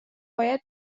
باید